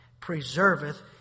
Preserveth